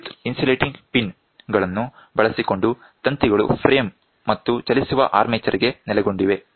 ವಿದ್ಯುತ್ insulating pin ಗಳನ್ನು ಬಳಸಿಕೊಂಡು ತಂತಿಗಳು ಫ್ರೇಮ್ ಮತ್ತು ಚಲಿಸುವ ಆರ್ಮೆಚರ್ ಗೆ ನೆಲೆಗೊಂಡಿವೆ